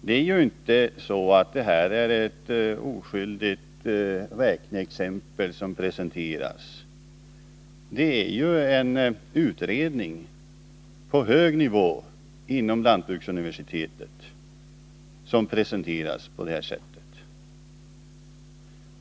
Det är inte något oskyldigt räkneexempel som har presenterats, utan det är en utredning som gjorts på hög nivå inom lantbruksuniversitetet.